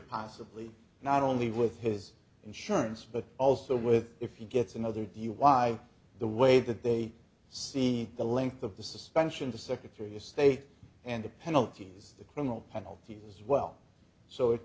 possibly not only with his insurance but also with if he gets another he why the way that they see the length of the suspension to secretary of state and the penalties the criminal penalties as well so